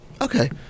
okay